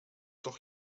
doch